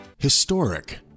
Historic